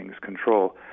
control